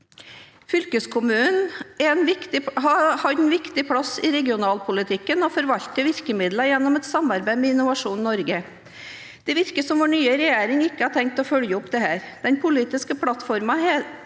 Fylkeskommunen har en viktig plass i regionalpolitikken og forvalter virkemidler gjennom et samarbeid med Innovasjon Norge. Det virker som vår nye regjering ikke har tenkt å følge opp dette. I den politiske plattformen